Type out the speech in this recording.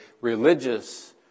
religious